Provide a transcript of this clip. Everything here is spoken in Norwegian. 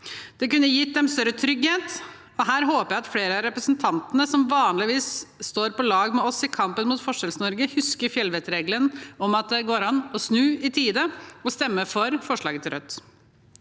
Det kunne gitt dem større trygghet. Her håper jeg at flere av representantene som vanligvis er på lag med oss i kampen mot Forskjells-Norge, husker fjellvettregelen om at det går an å snu i tide, og stemmer for forslaget til Rødt.